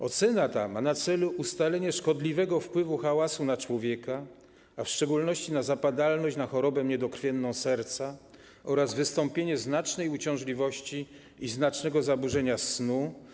Ocena ta ma na celu ustalenie szkodliwego wpływu hałasu na człowieka, a w szczególności na zapadalność na chorobę niedokrwienną serca oraz wystąpienie znacznej uciążliwości i znacznego zaburzenia snu.